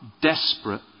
desperate